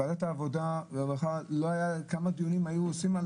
ועדת העבודה, והרווחה, כמה דיונים היו עושים?